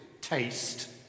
taste